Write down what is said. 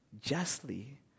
justly